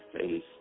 face